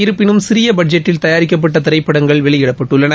இருப்பினும் சிறிய பட்ஜெட்டில் தயாரிக்கப்பட்ட திரைப்படங்கள் வெளியிடப்பட்டுள்ளன